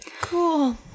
Cool